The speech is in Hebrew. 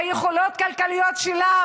ביכולות הכלכליות שלה,